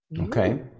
Okay